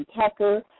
Tucker